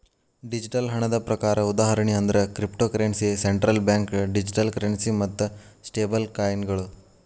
digital ಹಣದ ಪ್ರಕಾರ ಉದಾಹರಣಿ ಅಂದ್ರ cryptocurrency, central bank digital currency ಮತ್ತ ಸ್ಟೇಬಲ್ಕಾಯಿನ್ಗಳ